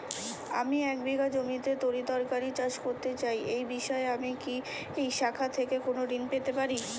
আমি এক বিঘা জমিতে তরিতরকারি চাষ করতে চাই এই বিষয়ে আমি কি এই শাখা থেকে কোন ঋণ পেতে পারি?